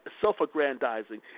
self-aggrandizing